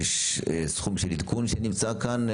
יש סכום של עדכון שנמצא כאן,